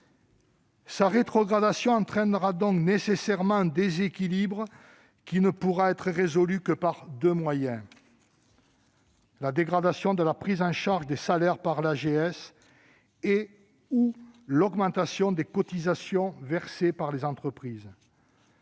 Sa rétrogradation entraînera donc nécessairement un déséquilibre qui ne pourra être résolu que par deux moyens : la dégradation de la prise en charge des salaires par l'AGS et/ou l'augmentation des cotisations versées par les entreprises.